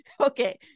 okay